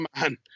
man